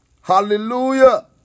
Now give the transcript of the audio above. Hallelujah